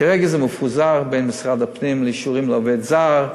כרגע זה מפוזר בין משרד הפנים לאישורים לעובד זר,